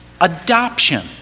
adoption